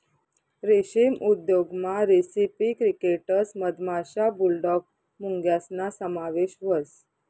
रेशीम उद्योगमा recipe crickets मधमाशा, बुलडॉग मुंग्यासना समावेश व्हस